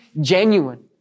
genuine